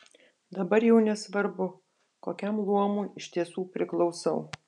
dabar jau nesvarbu kokiam luomui iš tiesų priklausau